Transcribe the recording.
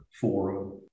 forum